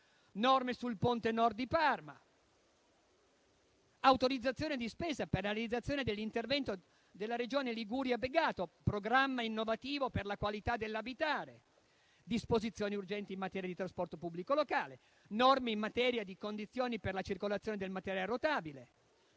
norme sul ponte Nord di Parma; autorizzazione di spesa per la realizzazione dell'intervento della Regione Liguria a Begato (Programma innovativo per la qualità dell'abitare); disposizioni urgenti in materia di trasporto pubblico locale; norme in materia di condizioni per la circolazione del materiale rotabile;